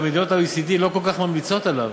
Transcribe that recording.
גם מדינות ה-OECD לא כל כך ממליצות עליו,